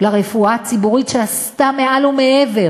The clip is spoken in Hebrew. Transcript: לרפואה הציבורית, שעשתה מעל ומעבר